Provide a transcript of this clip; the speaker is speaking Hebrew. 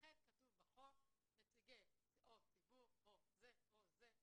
אכן כתוב בחוק נציגי או ציבור או זה או זה.